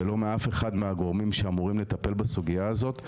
ולא מאף אחד מהגורמים שאמורים לטפל בסוגיה הזאת.